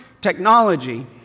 technology